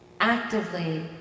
actively